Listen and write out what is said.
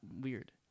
weird